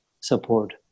support